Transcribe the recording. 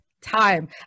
time